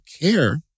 care